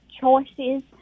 Choices